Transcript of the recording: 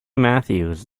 matthews